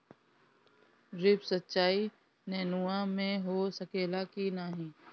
Drip सिंचाई नेनुआ में हो सकेला की नाही?